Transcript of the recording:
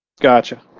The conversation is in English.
Gotcha